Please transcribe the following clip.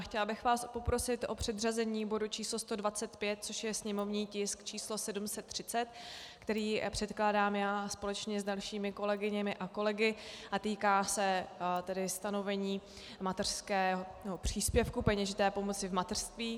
Chtěla bych vás poprosit o předřazení bodu číslo 125, což je sněmovní tisk číslo 730, který předkládám já společně s dalšími kolegyněmi a kolegy, týká se stanovení mateřského příspěvku, peněžité pomoci v mateřství.